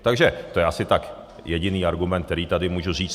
Takže to je asi tak jediný argument, který tady můžu říct.